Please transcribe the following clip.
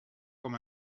com